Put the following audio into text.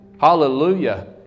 Hallelujah